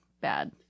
bad